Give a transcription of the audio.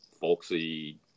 folksy